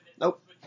Nope